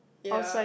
ya